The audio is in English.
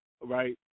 right